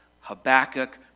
Habakkuk